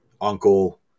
uncle